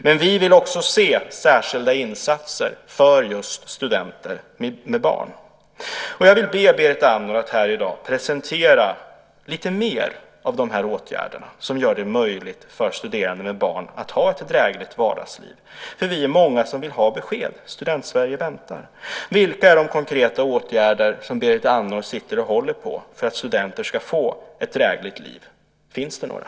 Men vi vill också se särskilda insatser för just studenter med barn. Jag vill be Berit Andnor att här i dag presentera lite mer av de åtgärder som gör det möjligt för studerande med barn att ha ett drägligt vardagsliv. Vi är många som vill ha besked. Student-Sverige väntar. Vilka är de konkreta åtgärder som Berit Andnor sitter och håller på för att studenter ska få ett drägligt liv? Finns det några?